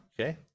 okay